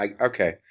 Okay